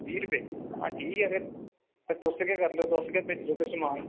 बीह् रपेऽ हां ठीक ऐ फिर ते तुस गै करी लैओ तुस गै भेजी देओ फ्ही समान